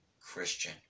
Christian